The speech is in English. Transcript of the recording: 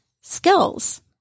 skills